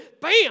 bam